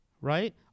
right